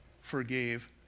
forgave